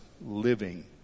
living